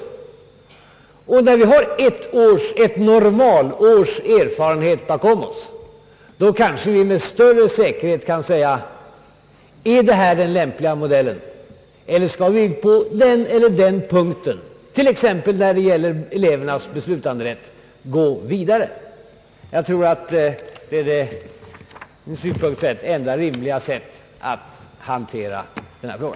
När vi har fått ett normalårs erfarenhet bakom oss, kanske vi med större säkerhet kan säga om detta är den lämpligaste modellen eller om vi på den ena eller andra punkten — t.ex. när det gäller elevernas beslutanderätt — skall gå vidare. Jag tror att det ur min synvinkel sett är det enda rimliga sättet att hantera denna fråga.